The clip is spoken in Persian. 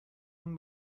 اون